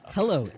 Hello